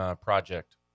project